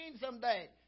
someday